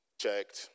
checked